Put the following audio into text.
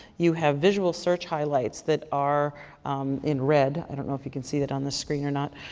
you have visual search highlights that are in red. i don't know if you can see it on the screen or not,